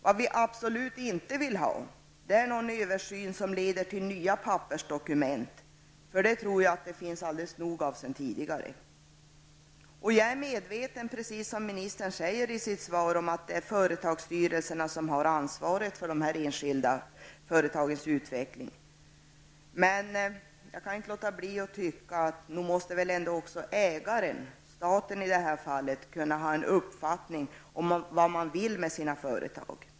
Vad vi absolut inte vill ha är någon översyn som leder till nya pappersdokument. Det tror jag att det finns nog av sedan tidigare. Jag är medveten om, precis som ministern säger i sitt svar, att det är företagsstyrelserna som har ansvaret för de enskilda företagens utveckling. Men jag kan inte låta bli att tycka att ägaren -- i detta fall staten -- ändå måste ha en uppfattning som vad man vill med sina företag.